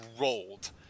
rolled